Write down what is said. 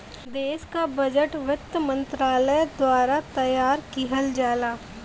देश क बजट वित्त मंत्रालय द्वारा तैयार किहल जाला